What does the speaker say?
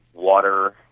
water,